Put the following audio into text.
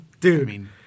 Dude